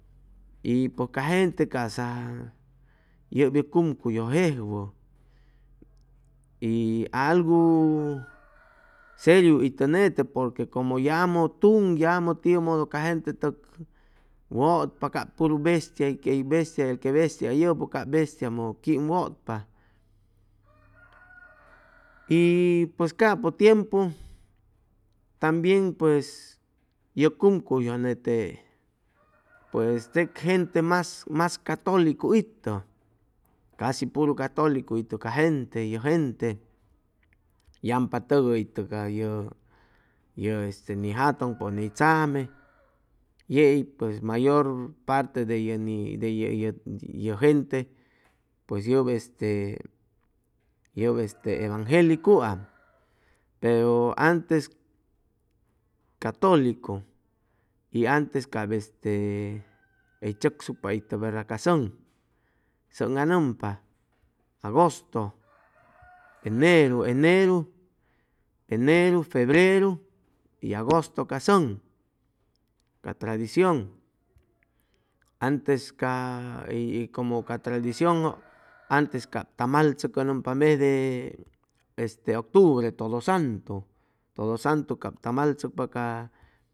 Y pʉj ca gente ca'sa yʉp yʉ cumcuyʉ jejwʉ y algu seriu itʉ nete porque como yamʉ tuŋ yamʉ tiʉmʉdʉy ca gente tʉk wʉtpa cap puru vestia y vestia el que vestia ʉyʉpʉ cap vestiamʉ quimwʉtpa y pues capʉ tiempu tambien pues yʉ cumcuyjʉ nete pues teg gente mas mas catʉlicu itʉ casi puru catʉlicu itʉ ca gente yʉ gente yampa tʉgʉ itʉ ca yʉ yʉ ni jatʉŋ pʉn hʉy tzame yei pues mayor parte de ye ni yʉ gente pues yʉb este yʉb este evengelicuam pero antes catolicu y antes cap este hʉy tzʉcsucpa itʉ verda ca sʉŋ sʉŋanʉmpa agosto, eneru, eneru, eneru febreru y agosto ca sʉŋ ca tradicion antes ca y como ca tradiciojʉ antes cap tamal tzʉcʉnʉmpa de este octubre todo santu sato santu cap tamal tzʉcpa ca